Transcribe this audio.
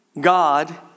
God